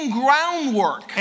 groundwork